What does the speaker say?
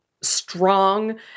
strong